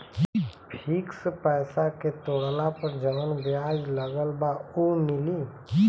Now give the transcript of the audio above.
Fix पैसा के तोड़ला पर जवन ब्याज लगल बा उ मिली?